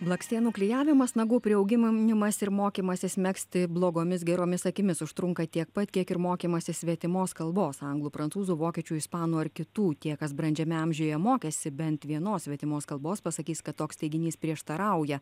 blakstienų klijavimas nagų priauginimas ir mokymasis megzti blogomis geromis akimis užtrunka tiek pat kiek ir mokymasis svetimos kalbos anglų prancūzų vokiečių ispanų ar kitų tie kas brandžiame amžiuje mokėsi bent vienos svetimos kalbos pasakys kad toks teiginys prieštarauja